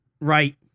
Right